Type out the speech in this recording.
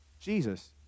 Jesus